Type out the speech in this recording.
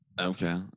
okay